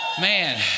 Man